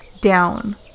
down